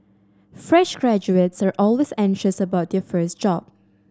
fresh graduates are always anxious about difference job